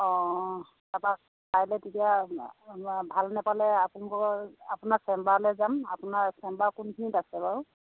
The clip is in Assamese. অ' তাৰপৰা কাইলৈ তেতিয়া ভাল নাপালে আপোনলোকৰ আপোনাৰ চেম্বাৰলৈ যাম আপোনাৰ চেম্বাৰ কোনখিনিত আছে বাৰু